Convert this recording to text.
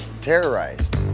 terrorized